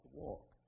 walk